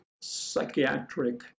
psychiatric